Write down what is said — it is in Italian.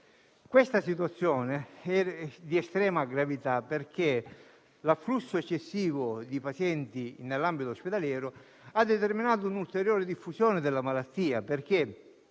Questa situazione è stata di estrema gravità perché l'afflusso eccessivo di pazienti in ospedale ha determinato un'ulteriore diffusione della malattia.